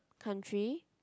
country